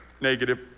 negative